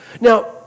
Now